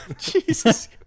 Jesus